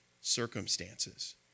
circumstances